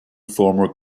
former